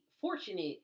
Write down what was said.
fortunate